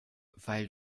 weil